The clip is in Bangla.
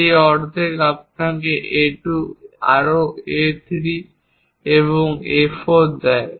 সেই অর্ধেক আপনাকে A2 আরও A3 এবং A4 দেয়